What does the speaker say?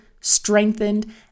strengthened